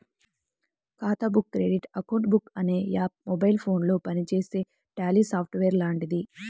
ఖాతా book credit account book అనే app mobile ఫోనులో పనిచేసే ట్యాలీ సాఫ్ట్ వేర్ లాంటిది